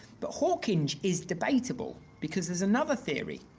but hawkinge is debatable because there's another theory